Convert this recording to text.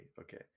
okay